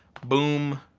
boom.